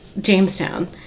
Jamestown